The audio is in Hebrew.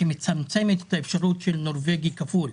שמצמצמת את האפשרות של נורבגי כפול,